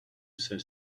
says